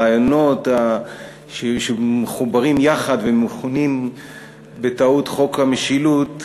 הרעיונות שמחוברים יחד ומכונים בטעות "חוק המשילות"